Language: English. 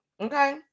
Okay